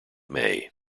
may